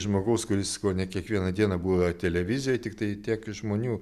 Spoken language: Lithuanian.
žmogaus kuris kone kiekvieną dieną buvo televizijoj tiktai tiek žmonių